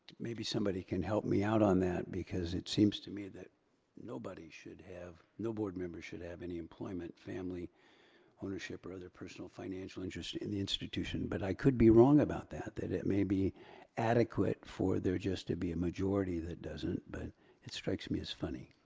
maybe somebody can help me out on that, because it seems to me that nobody should have, no board member should have any employment, family ownership, or other personal financial interest in the institution, but i could be wrong about that. that it may be adequate for there just to be a majority that doesn't, but it strikes me as funny.